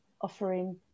offering